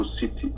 City